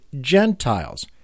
Gentiles